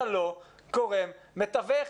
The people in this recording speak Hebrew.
אתה לא גורם מתווך.